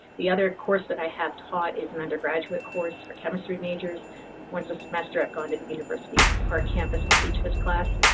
the other course that i have taught is an undergraduate course for chemistry majors once a semester at condon university park campus to teach this class.